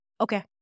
Okay